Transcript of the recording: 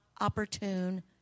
opportune